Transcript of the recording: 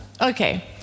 Okay